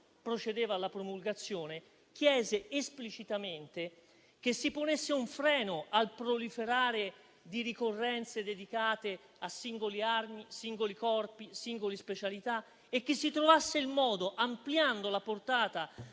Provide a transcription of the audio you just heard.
procedeva alla promulgazione, chiese esplicitamente che si ponesse un freno al proliferare di ricorrenze dedicate a singole armi, a singoli corpi, a singole specialità e che si trovasse il modo, ampliando la portata